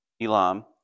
Elam